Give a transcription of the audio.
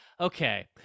okay